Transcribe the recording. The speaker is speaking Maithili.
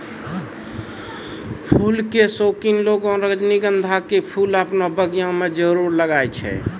फूल के शौकिन लोगॅ रजनीगंधा के फूल आपनो बगिया मॅ जरूर लगाय छै